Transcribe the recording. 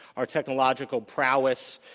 our technological prowess,